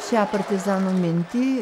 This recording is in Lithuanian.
šią partizanų mintį